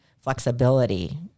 flexibility